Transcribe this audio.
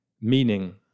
meaning